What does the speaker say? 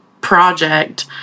project